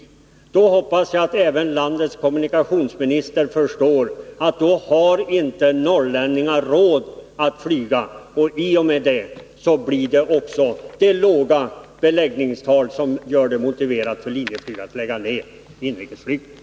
Jag hoppas att även landets kommunikationsminister förstår att norrlänningar då inte har råd att flyga, och i och med det får man också de låga beläggningstal som gör det motiverat för Linjeflyg att lägga ned inrikesflyget.